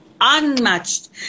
unmatched